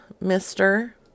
mister